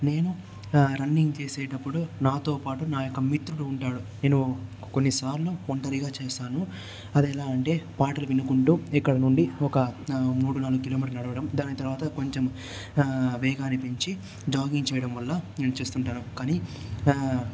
నేను రన్నింగ్ చేసేటప్పుడు నాతో పాటు నా యొక్క మిత్రుడు ఉంటాడు నేను కొన్నిసార్లు ఒంటరిగా చేశాను అదెలా అంటే పాటలు వినుకుంటూ ఇక్కడనుండి ఒక మూడు నాలుగు కిలోమీటర్ల నడవడం దాని తర్వాత కొంచెం వేగాన్ని పెంచి జాగింగ్ చేయడం వల్ల నేను చేస్తుంటాను